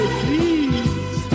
please